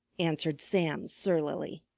answered sam surlily.